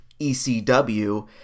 ECW